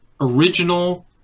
original